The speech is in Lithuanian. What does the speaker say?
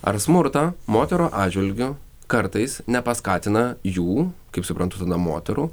ar smurtą moterų atžvilgiu kartais nepaskatina jų kaip suprantu tada moterų